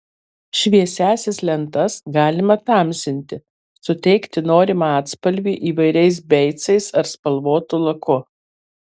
šviesiąsias lentas galima tamsinti suteikti norimą atspalvį įvairiais beicais ar spalvotu laku